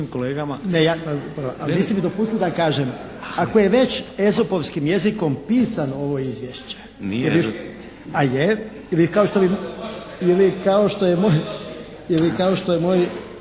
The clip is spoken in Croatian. Ne ja, dopustite da kažem. Ako je već ezopovskim jezikom pisano ovo Izvješće, a je ili kao što je moj